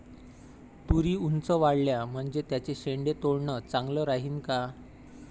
तुरी ऊंच वाढल्या म्हनजे त्याचे शेंडे तोडनं चांगलं राहीन का?